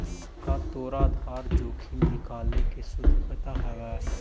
का तोरा आधार जोखिम निकाले के सूत्र पता हवऽ?